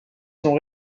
sont